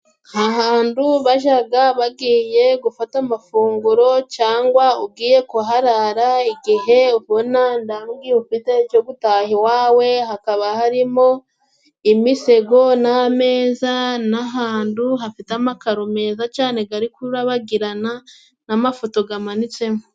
Ahantu bajaga bagiye gufata amafunguro cyangwa ugiye kuharara, igihe ubona nta gihe cyo gutaha iwawe, hakaba harimo imisego n'ameza n'ahantu hafite amakaro meza cane gari kurabagirana, n'amafoto gamanitsemo.